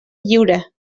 lliure